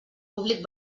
públic